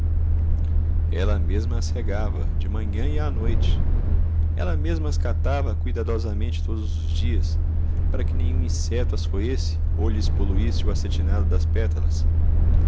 ela mesma as regava de manhã e à noite ela mesma as catava cuidadosamente todos os dias para que nenhum inseto as roesse ou lhes poluísse o acetinado das pétalas